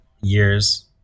years